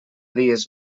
dies